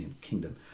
kingdom